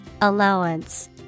Allowance